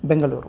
Bengaluru